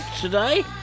today